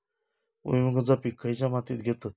भुईमुगाचा पीक खयच्या मातीत घेतत?